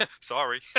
Sorry